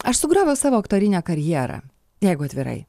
aš sugrioviau savo aktorinę karjerą jeigu atvirai